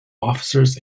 officers